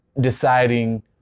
deciding